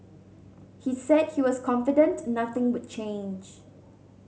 he said he was confident nothing would change